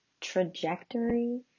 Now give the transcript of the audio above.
trajectory